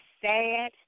sad